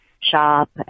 shop